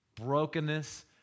Brokenness